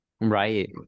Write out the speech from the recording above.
Right